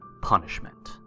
punishment